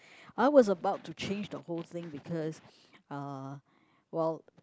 I was about to change the whole thing because uh while